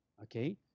okay